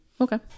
Okay